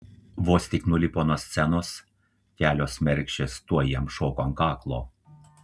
vos tik nulipo nuo scenos kelios mergšės tuoj jam šoko ant kaklo